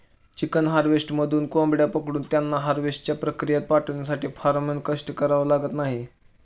chicken हार्वेस्टरमधून कोंबड्या पकडून त्यांना हार्वेस्टच्या प्रक्रियेत पाठवण्यासाठी फारसे कष्ट घ्यावे लागत नाहीत